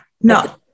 No